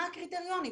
מה הקריטריונים,